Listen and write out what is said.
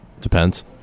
Depends